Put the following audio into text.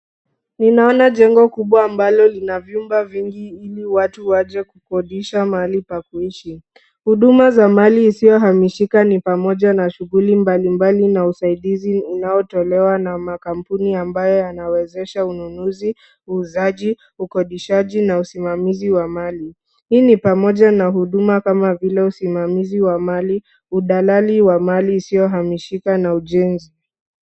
Ninaona jengo kubwa ambalo lina vyumba vingi ili watu waje kukodisha mahali pa kuishi. Huduma za mali isiyohamishika ni pamoja na shughuli mbalimbali na usaidizi unaotolewa na makampuni ambayo yanawezesha ununuzi, uuzaji, ukodishaji na usimamizi wa mali, hii ni pamoja na huduma kama vile usimamizi wa mali, udalali wa mali isiyohamishika na ujenzi.